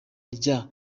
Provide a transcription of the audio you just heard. rya